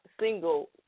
single